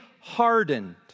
hardened